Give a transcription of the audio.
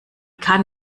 kann